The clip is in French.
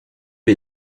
est